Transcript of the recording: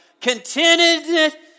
contented